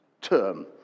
Term